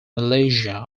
malaysia